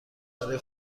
برای